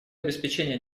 обеспечения